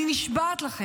אני נשבעת לכם,